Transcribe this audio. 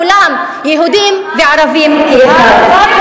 כולם, יהודים וערבים כאחד.